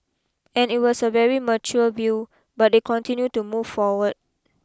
and it was a very mature view but they continue to move forward